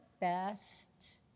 best